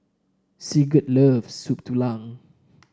Sigurd loves Soup Tulang